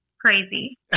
crazy